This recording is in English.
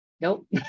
Nope